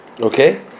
Okay